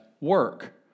work